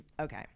Okay